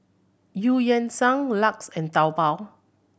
Eu Yan Sang LUX and Taobao